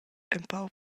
empau